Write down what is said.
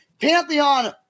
pantheon